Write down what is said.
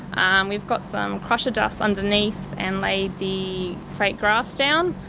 um we've got some crusher dust underneath and laid the fake grass down,